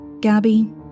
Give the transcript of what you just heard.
Gabby